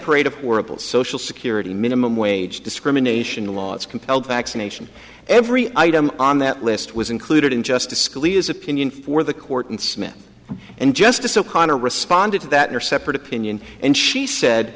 parade of horribles social security minimum wage discrimination laws compelled vaccination every item on that list was included in justice scalia's opinion for the court and smith and justice o'connor responded to that their separate opinion and she said